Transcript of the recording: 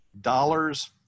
dollars